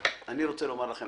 רוצה לומר לכם